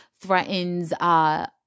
threatens